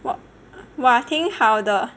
哇哇挺好的